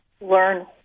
learn